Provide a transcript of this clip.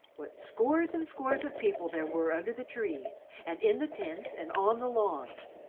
what scores and scores of people there were under the trees, and in the tents, and on the lawns!